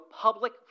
public